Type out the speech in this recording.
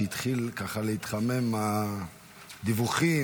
כשהתחילו להתחמם הדיווחים,